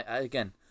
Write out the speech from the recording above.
again